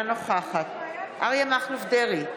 אינה נוכחת אריה מכלוף דרעי,